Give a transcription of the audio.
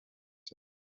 said